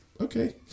Okay